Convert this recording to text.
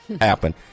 happen